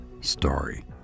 story